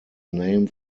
name